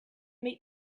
meet